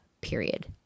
period